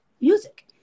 music